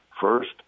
first